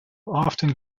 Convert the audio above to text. often